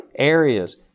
Areas